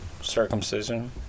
circumcision